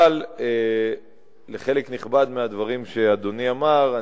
אבל על חלק נכבד מהדברים שאדוני אמר,